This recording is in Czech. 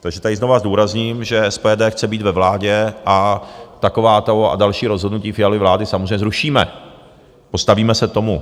Takže tady znova zdůrazním, že SPD chce být ve vládě a takováto a další rozhodnutí Fialovy vlády samozřejmě zrušíme, postavíme se tomu.